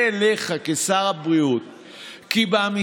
הסתייגות מס'